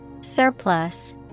Surplus